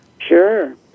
Sure